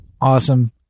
Awesome